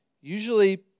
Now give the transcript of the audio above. Usually